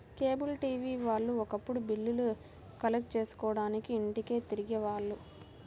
cable TV వాళ్ళు ఒకప్పుడు బిల్లులు కలెక్ట్ చేసుకోడానికి ఇంటింటికీ తిరిగే వాళ్ళు